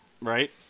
right